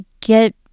get